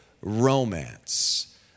romance